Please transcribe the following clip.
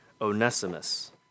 Onesimus